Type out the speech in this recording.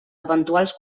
eventuals